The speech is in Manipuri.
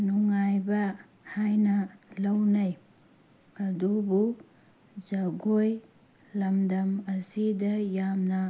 ꯅꯨꯡꯉꯥꯏꯕ ꯍꯥꯏꯅ ꯂꯧꯅꯩ ꯑꯗꯨꯕꯨ ꯖꯒꯣꯏ ꯂꯝꯗꯝ ꯑꯁꯤꯗ ꯌꯥꯝꯅ